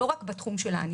לא רק בתחום הענישה,